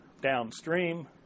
downstream